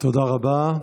תודה רבה.